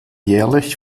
jährlich